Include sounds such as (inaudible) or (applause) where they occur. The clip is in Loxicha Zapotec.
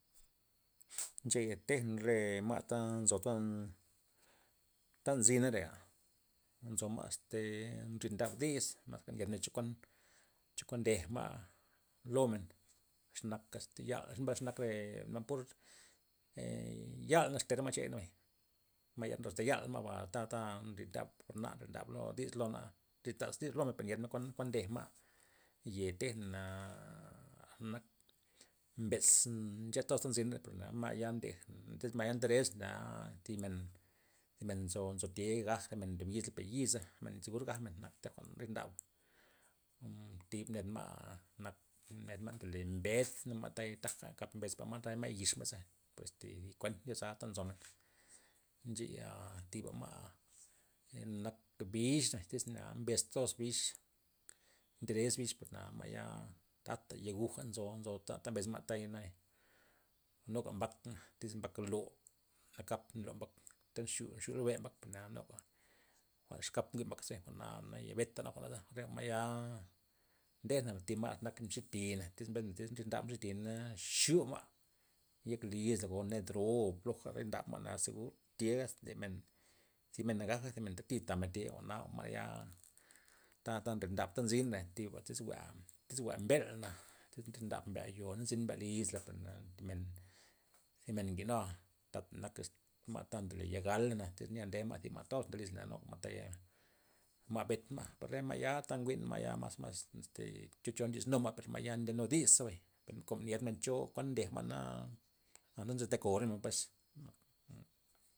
(noise) xe'a tej na re ma' ta nzo po, ta nzyna re'a, nzo ma' este nrid ndan dis mas na nyed men chokuan chokuan ndejma' lo men, xa naka este ya' xenak (hesitation) ma' pur (hesitation) yal naxte re ma'chere mbay, mba nryo ndopte ya'la ma' ba ta'ta nryd dab ma' nryd ndab dis lo ma', nrid ndab dis lomen per na dyedmen kuana kuan ndejma', ye tejna nak, mbe'z nchen toz po ta nzina per ma'ya nde res ne'a per ma'ya ndej is ma'ya nderes' naa thib men nzo nzo thi'a gaj o men ndob yizla per yi'za mey segur gajmen nakta jwa'n nrid ndab (hesitation) thib ned ma' nak thib ned ma' ndole mbed' nu ma' taya taja' kap mbes pa' ma' taya', ma' yix ma'za pues kuent yazal nta nzomen, nxe'a thiba ma' nak bixs this ne'a mbes toz bix nderex bix po'ba ma'ya tata yegu'ja nzo nzo ta' ta mbes ma'taya na nuga mbakna this mbak lo', nakap nry'o mbak iz nxu' nxu lo reba' per ne'a nu jwa'n xkap njwi' mbak ze ma' yabeta gabmen re ma'ya ndejna' ba, thi ma'nak mxi thi'i this nrid ndab mxi thi na nxu' ma' yek lis'la o ned ro' o poja nrid ndab ma' na segur tyes zi mena gaj, zi men ntati' tamen thi jwa'na ma'ya ta'ta nrid nab zin la' thi lugar iz jwi'a mbel'na nrid ndab mbel' ncho tu mbel' lis la per ne'a thi men zi men jwi'nua kap nak este ma' ta ndole ya' galna' thinea nde ma' zi ma' toz len lis'la nu ma' ta ya ma' benta ma' par re ma' ya ta njwi'n ta mas- mas este chocho ndyo dis numa' per ma'ya nde nu dis per na nyed men cho kuan ndej ma'na anta naste kou re men pues.